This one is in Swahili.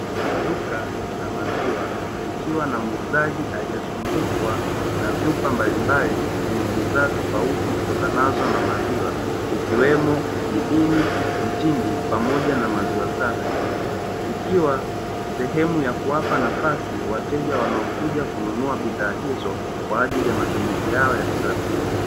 Duka la maziwa likiwa na muuzaji aliyezungukwa na vyupa mbalimbali zenye bidhaa tofauti zitokanazo na maziwa ikiwemo jibini, mtindi pamoja na maziwa safi ikiwa sehemu ya kuwapa nafasi wateja wanaokuja kununua bidhaa hizo kwa ajili ya matumizi yao ya kila siku.